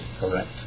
Correct